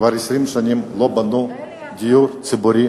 כבר 20 שנה לא בנו דיור ציבורי